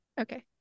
okay